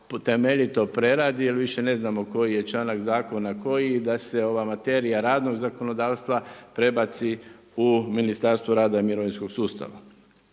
temeljito preradi jer više ne znamo koji je članak zakona koji i da se ova materija radnog zakonodavstva prebaci u Ministarstvo rada i mirovinskog sustava.